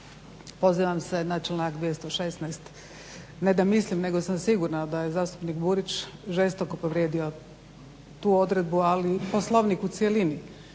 pozivam se na članak 216., ne da mislim nego sam sigurna da je zastupnik Burić žestoko povrijedio tu odredbu ali i Poslovnik u cjelini